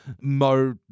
Mo